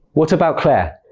what about claire?